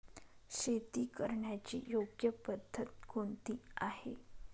शेती करण्याची योग्य पद्धत कोणती आहे?